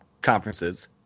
conferences